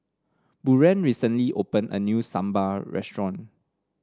Buren recently opened a new Sambar Restaurant